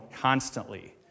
constantly